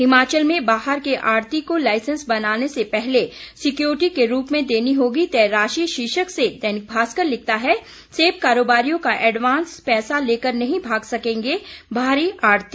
हिमाचल में बाहर के आढ़ती को लाइसेंस बनाने से पहले सिक्योरिटी के रूप में देनी होगी तय राशि शीर्षक से दैनिक भास्कर लिखता है सेब कारोबारियों का एडवांस पैसा लेकर नहीं भाग सकेंगे बाहरी आढ़ती